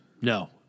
No